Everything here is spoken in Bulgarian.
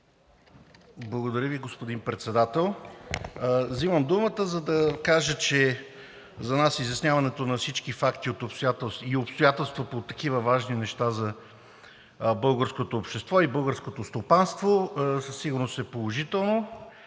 Благодаря Ви, господин Председател. Вземам думата, за да кажа, че за нас изясняването на всички факти и обстоятелства по такива важни неща за българското общество и българското стопанство със сигурност е положително,